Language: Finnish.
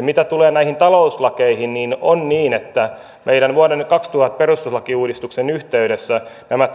mitä tulee näihin talouslakeihin on niin että meidän vuoden kaksituhatta perustuslakiuudistuksen yhteydessä nämä